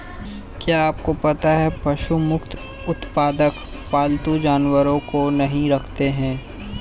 क्या आपको पता है पशु मुक्त उत्पादक पालतू जानवरों को नहीं रखते हैं?